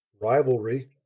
rivalry